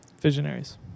visionaries